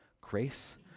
grace